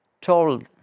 told